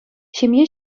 ҫемье